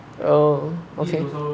oh okay